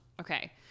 Okay